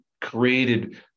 created